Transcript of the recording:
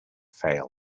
fail